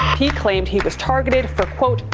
he claimed he was targeted for, quote,